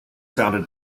founded